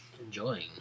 enjoying